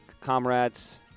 comrades